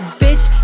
bitch